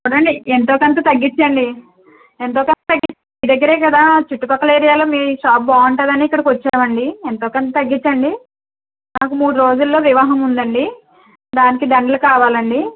రండి ఎంతో కొంత తగ్గించండి ఎంతో కొంత తగ్గిస్తే దగ్గరే కదా చుట్టుపక్కల ఏరియాలో మీ షాప్ బాగుంటుందని ఇక్కడికి వచ్చామండి ఎంతోకొంత తగ్గించండి మాకు మూడు రోజుల్లో వివాహం ఉందండి దానికి దండలు కావాలండి